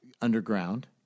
underground